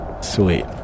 Sweet